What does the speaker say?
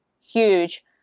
huge